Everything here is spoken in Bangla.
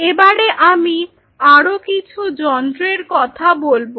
এবারে আমি আরো কিছু যন্ত্রের কথা বলব